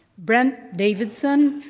brent davidson.